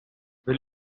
will